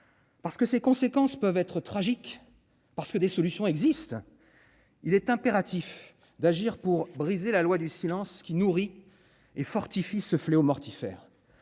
parce que ses conséquences peuvent être tragique parce que des solutions existent, il est impératif d'agir pour briser la loi du silence qui nourrit et fortifie ce fléau mortifère.